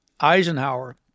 Eisenhower